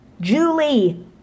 Julie